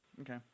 Okay